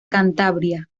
cantabria